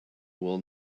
will